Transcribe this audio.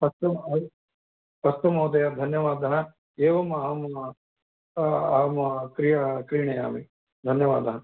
अस्तु अस्तु महोदय धन्यवादः एवं अहं अहं क्रीणामि धन्यवादः